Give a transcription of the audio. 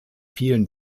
vielen